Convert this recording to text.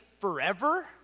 forever